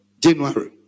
January